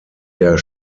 der